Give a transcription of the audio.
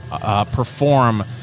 Perform